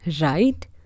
Right